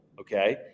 okay